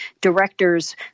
directors